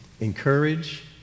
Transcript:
encourage